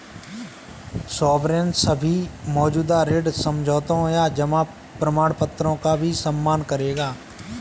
sovereign सभी मौजूदा ऋण समझौतों या जमा प्रमाणपत्रों का भी सम्मान करेगा